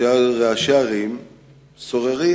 ראשי ערים סוררים.